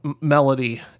melody